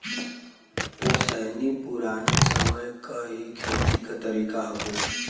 ओसैनी पुराने समय क ही खेती क तरीका हउवे